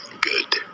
Good